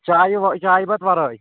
چایہِ چایہِ بَتہٕ وَرٲے